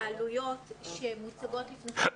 העלויות שמוצבות לפניכם,